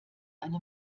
eine